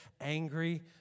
angry